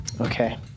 Okay